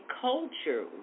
Culture